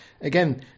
again